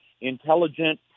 intelligent